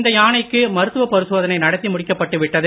இந்த யானைக்கு மருத்துவ பரிசோதனை நடத்தி முடிக்கப்பட்டு விட்டது